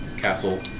Castle